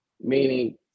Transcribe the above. meaning